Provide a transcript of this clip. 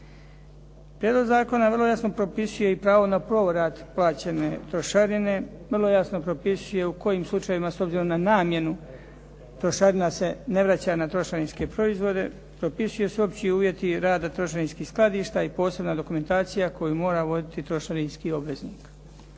Prijedlog zakona vrlo jasno propisuje i pravo na …/Govornik se ne razumije./… plaćene trošarine, vrlo jasno propisuje u kojim slučajevima s obzirom na namjenu trošarina se ne vraća na trošarinske proizvode, propisuju se opći uvjeti rada trošarinskih skladišta i posebna dokumentacija koju mora voditi trošarinski obveznik.